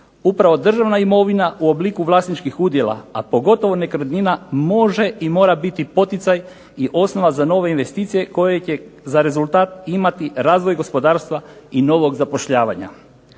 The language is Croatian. upravo državna imovina u obliku vlasničkih udjela, a pogotovo nekretnina može i mora biti poticaj i osnova za nove investicije koje će za rezultat imati razvoj gospodarstva i novog zapošljavanja.